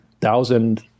thousand